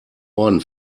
orden